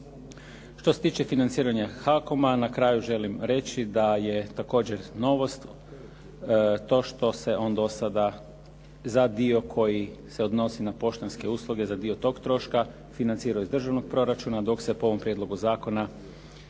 Što se tiče financiranja HAKOM-a na kraju želim reći da je također novost to što se on do sada za dio koji se odnosi na poštanske usluge za dio toga troška financirao iz državnog proračuna, dok se po ovom prijedlogu zakona